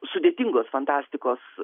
sudėtingos fantastikos